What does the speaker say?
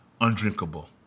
undrinkable